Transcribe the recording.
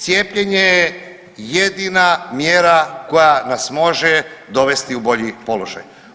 Cijepljenje je jedina mjera koja nas može dovesti u bolji položaj.